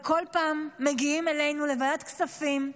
וכל פעם מגיעים אלינו לוועדת כספים,